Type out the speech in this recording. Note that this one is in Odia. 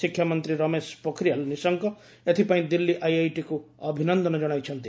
ଶିକ୍ଷାମନ୍ତ୍ରୀ ରମେଶ ପୋଖରିଆଲ ନିଶଙ୍କ ଏଥିପାଇଁ ଦିଲ୍ଲୀ ଆଇଆଇଟିକୁ ଅଭିନନ୍ଦନ ଜଣାଇଛନ୍ତି